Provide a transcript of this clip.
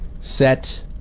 set